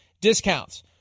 discounts